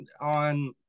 on